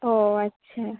ও আচ্ছা